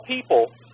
people